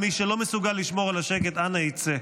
אנא, מי שלא מסוגל לשמור על השקט, אנא יצא.